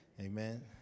Amen